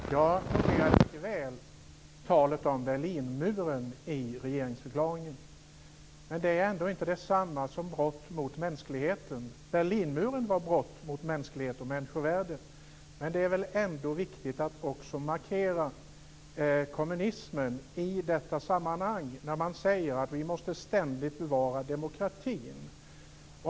Fru talman! Jag hörde mycket väl talet om Berlinmuren i regeringsförklaringen. Men det är ändå inte detsamma som brott mot mänskligheten. Berlinmuren var ett brott mot mänsklighet och människovärde. Men det är väl ändå viktigt att också markera kommunismen i detta sammanhang, när man säger att vi ständigt måste bevara demokratin.